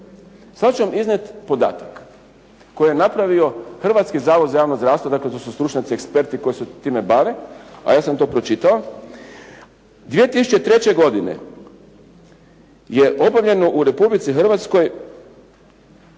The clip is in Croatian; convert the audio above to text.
Sad ću vam iznijeti podatak koji je napravio Hrvatski zavod za javno zdravstvo. Dakle, to su stručnjaci, eksperti koji se time bave a ja sam to pročitao. 2003. godine je obavljeno u Republici Hrvatskoj